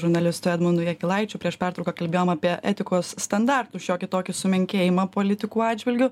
žurnalistu edmundu jakilaičiu prieš pertrauką kalbėjom apie etikos standartų šiokį tokį sumenkėjimą politikų atžvilgiu